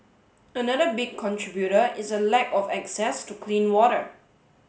another big contributor is a lack of access to clean water